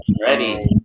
Ready